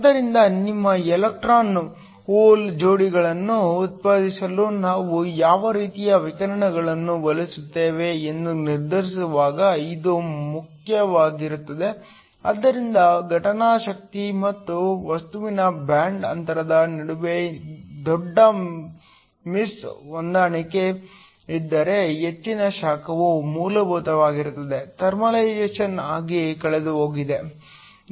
ಆದ್ದರಿಂದ ನಿಮ್ಮ electron hole ಜೋಡಿಗಳನ್ನು ಉತ್ಪಾದಿಸಲು ನಾವು ಯಾವ ರೀತಿಯ ವಿಕಿರಣವನ್ನು ಬಯಸುತ್ತೇವೆ ಎಂದು ನಿರ್ಧರಿಸುವಾಗ ಇದು ಮುಖ್ಯವಾಗುತ್ತದೆ ಆದ್ದರಿಂದ ಘಟನಾ ಶಕ್ತಿ ಮತ್ತು ವಸ್ತುವಿನ ಬ್ಯಾಂಡ್ ಅಂತರದ ನಡುವೆ ದೊಡ್ಡ ಮಿಸ್ ಹೊಂದಾಣಿಕೆ ಇದ್ದರೆ ಹೆಚ್ಚಿನ ಶಾಖವು ಮೂಲಭೂತವಾಗಿರುತ್ತದೆ ಥರ್ಮಲೈಸೇಶನ್ ಆಗಿ ಕಳೆದುಹೋಗಿದೆ